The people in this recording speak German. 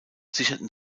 sicherten